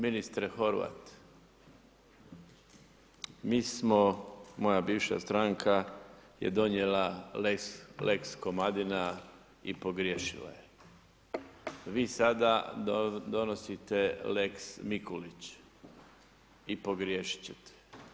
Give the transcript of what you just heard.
Ministre Horvat, mi smo, moja bivša stranka je donijela lex Komadina i pogriješila je. vi sada donosite lex Mikulić i pogriješit ćete.